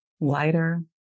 lighter